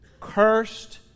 Cursed